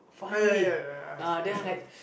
ah ya ya ya I I saw I saw